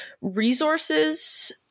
resources